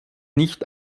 nicht